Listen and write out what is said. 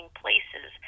places